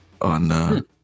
on